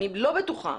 אני לא בטוחה,